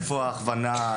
איפה הכוונה,